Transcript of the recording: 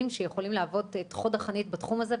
שיכולים להוות את חוד החנית בתחום הזה.